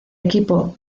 equipo